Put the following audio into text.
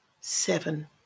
Seven